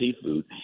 seafood